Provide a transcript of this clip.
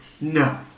No